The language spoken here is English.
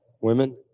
women